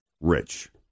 rich